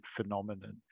phenomenon